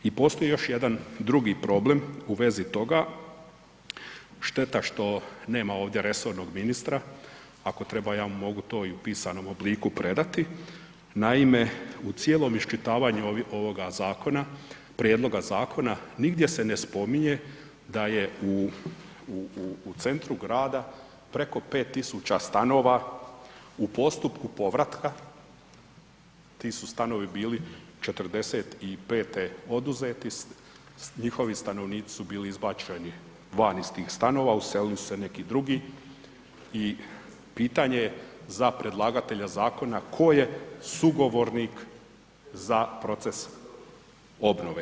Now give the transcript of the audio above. I postoji još jedan drugi problem u vezi toga, šteta što nema ovdje resornog ministra ako treba ja mu mogu to i u pisanom obliku predati, naime u cijelom iščitavanju ovoga zakona, prijedloga zakona nigdje se ne spominje da je u centru grada preko 5.000 stanova u postupku povratka, ti su stanovi bili '45. oduzeti, njihovi stanovnici su bili izbačeni van iz tih stanova uselili su se neki drugi i pitanje za predlagatelja zakona tko je sugovornik za proces obnove.